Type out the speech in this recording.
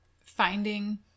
finding